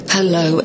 Hello